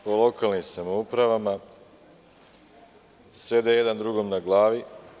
U lokalnim samoupravama sede jednom drugom na glavi.